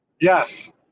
Yes